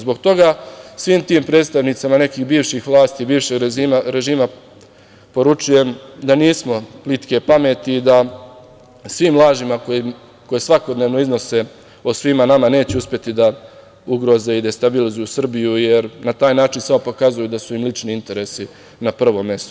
Zbog toga, svim tim predstavnicima bivše vlasti i bivšeg režima poručujem da nismo plitke pameti i da svim lažima koje svakodnevno iznose o svima nama neće uspeti da ugroze i da destabilizuju Srbiju, jer na taj način samo pokazuju da su im lični interesi na prvom mestu.